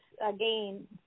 again